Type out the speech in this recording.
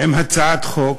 עם הצעת חוק,